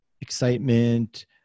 excitement